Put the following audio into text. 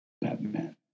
Batman